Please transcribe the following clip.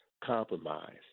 compromise